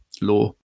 law